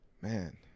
Man